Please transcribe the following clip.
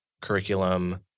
curriculum